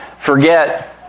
forget